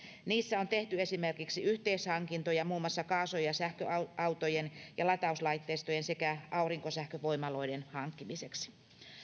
niissä on tehty esimerkiksi yhteishankintoja muun muassa kaasu ja sähköautojen ja latauslaitteistojen sekä aurinkosähkövoimaloiden hankkimiseksi